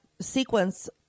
sequence